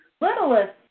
littlest